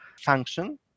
function